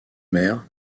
mère